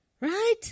Right